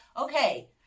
okay